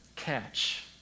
catch